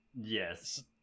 yes